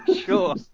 Sure